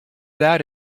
that